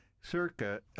Circa